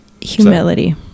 humility